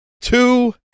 two